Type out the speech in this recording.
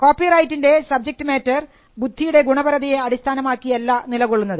കോപ്പിറൈറ്റിൻറെ subject matter ബുദ്ധിയുടെ ഗുണപരതയെ അടിസ്ഥാനമാക്കിയല്ല നിലകൊള്ളുന്നത്